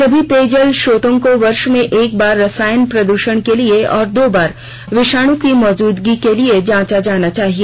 सभी पेय जल स्रोतों को वर्ष में एक बार रसायन प्रदूषण के लिए और दो बार विषाणु की मौजूदगी के लिए जांचा जाना चाहिए